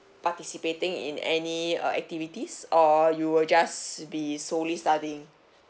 participating in any uh activities or you will just be solely studying